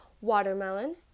Watermelon